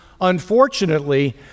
Unfortunately